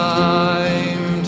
time